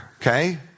okay